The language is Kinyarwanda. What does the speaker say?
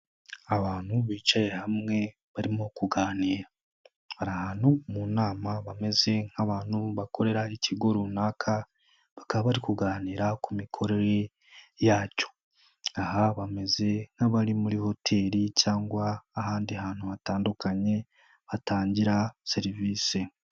Abantu bicaye hamwe barimo kuganira, bari ahantu mu nama bameze nk'abantu bakorera ikigo runaka bakaba bari kuganira ku mikorere yacyo, aha bameze nk'abari muri hoteli cyangwa ahandi hantu hatandukanye hatangira serivise.